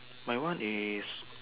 my one is